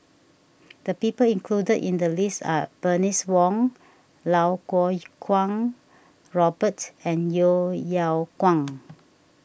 the people included in the list are Bernice Wong Lau Kuo Kwong Robert and Yeo Yeow Kwang